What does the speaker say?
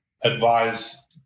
advise